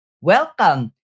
welcome